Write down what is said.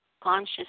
conscious